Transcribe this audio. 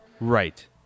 Right